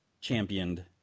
championed